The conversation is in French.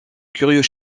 curieux